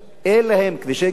אין להם כבישי גישה,